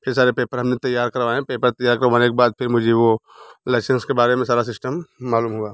फिर सारे पेपर हम ने तैयार करवाऍं पेपर तैयार करवाने के बाद फिर मुझे वो लाइसेंस के बारे में सारा सिस्टम मालूम हुआ